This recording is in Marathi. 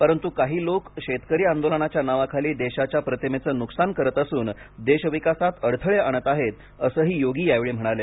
परंतु काही लोक शेतकरी आंदोलनाच्या नावाखाली देशाच्या प्रतिमेचं नुकसान करत असून देशविकासात अडथळे आणत आहेत असंही योगी यावेळी म्हणाले